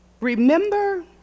Remember